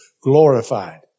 glorified